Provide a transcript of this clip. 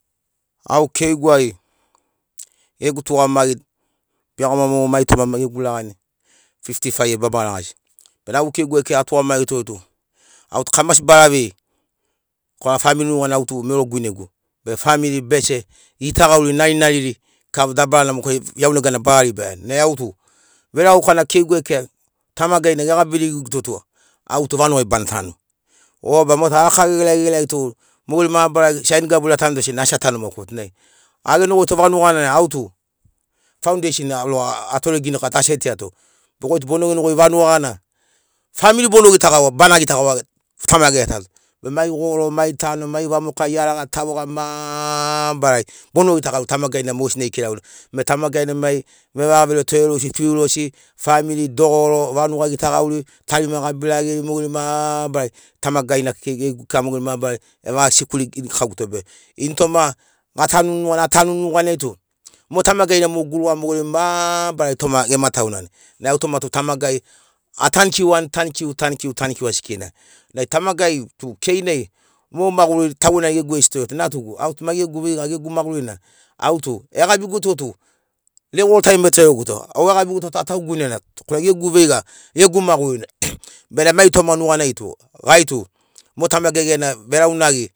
Au keiguai gegu tugamagi beiagoma mu maitoma gegu lagani fifti faiv ai bamaragasi. Bena au keiguai kekei atugamagitogoi tu au tu kamasi bara vei korana famili nuganai au tu mero guinegu be famili bese gitagauri narinariri kika dabarana moke iaunegana bara ribaia nai au tu veregauka na keiguai kea tamagai na gegabi virigiguto tu au tu vanugai bana tanu. Oba motu araka gegelagi gegelagitogoi mogeri mabarari saini gaburiai atanu to sena asi atanu maukato nai agenogoito vanuga gana nai au tu faundeisin logo atore ginikauato asetiato be goitu bono genogoi vanuga gana famili bono gitagaua bana gitagaua ge tamagai etato. Bena mai goro mai tano ma vamoka iaraga tavoga mabarari bono gitagauri tamagai na mogesina ikiraguto. Be tamagai na mai vevagavere torerosi fiulosi famili dogoro vanuga gitagauri tarima gabi rageri mogeri mabarari tamagai na kekei gegu kika mogeri mabarari evaga sikuli ginikauguto be initoma gatanuni nuganai atanuni nuganai tu mo tamagai na mo guruga mogeri mabarari toma gema taunani. Nai au toma tu tamagai atankiuani tanikiu tanikiu tanikiu asikeikeina nai tamagai tu keinai mo maguri taugena gegu estorito natugu, au tu mai gegu veiga gegu magurina au tu egabiguto tu levol tai ma etoreguto. Ovaga gabiuto tu atau guinenato korana gegu veiga gegu maguri bena mai toma nuganai tu gai tu mo tamagai gena veraunagi